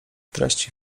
treści